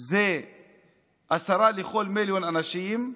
זה עשרה לכל מיליון אנשים,